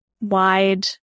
wide